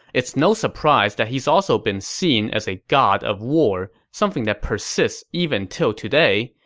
it's no surprise that he's also been seen as a god of war, something that persists even till today,